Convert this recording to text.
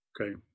Okay